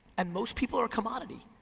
and most people are commodity.